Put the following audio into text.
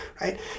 right